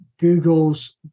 Google's